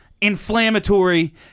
Inflammatory